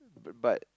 but